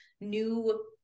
new